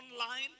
online